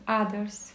others